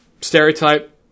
stereotype